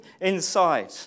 inside